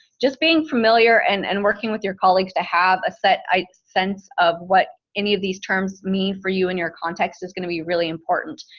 just being familiar and and working with your colleagues to have a set sense of what any of these terms mean for you and your context is going to be really important.